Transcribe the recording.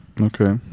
Okay